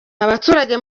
abaturage